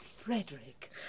Frederick